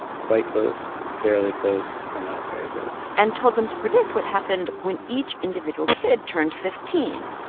quite close, fairly close or not very close? and told them to predict what happened when each individual kid turned fifteen,